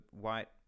white